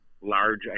large